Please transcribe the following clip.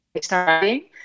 Starting